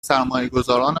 سرمایهگذاران